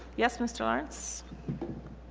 yes mr. lawrence